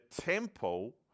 temple